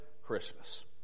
Christmas